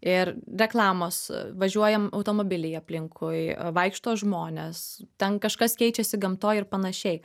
ir reklamos važiuojam automobiliai aplinkui vaikšto žmonės ten kažkas keičiasi gamtoj ir panašiai